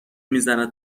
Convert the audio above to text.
میزنه